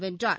வென்றார்